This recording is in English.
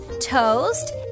toast